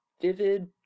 vivid